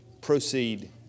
proceed